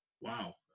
wow